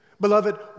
Beloved